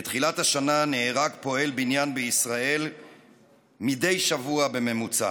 מתחילת השנה נהרג פועל בניין בישראל מדי שבוע בממוצע.